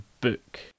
book